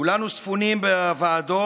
כולנו ספונים בוועדות